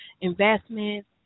investments